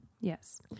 Yes